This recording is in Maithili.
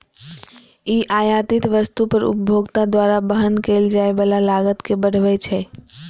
ई आयातित वस्तु पर उपभोक्ता द्वारा वहन कैल जाइ बला लागत कें बढ़बै छै